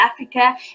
Africa